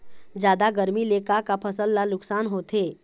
जादा गरमी ले का का फसल ला नुकसान होथे?